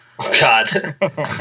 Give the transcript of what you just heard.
God